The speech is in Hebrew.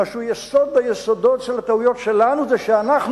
מה שהוא יסוד היסודות של הטעויות שלנו זה שאנחנו